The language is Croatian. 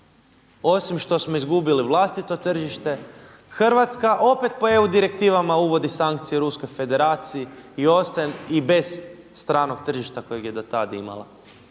osim što smo izgubili vlastito tržište Hrvatska opet po EU direktivama uvodi sankcije Ruskoj Federaciji i ostaje i bez stranog tržišta kojeg je do tad imala.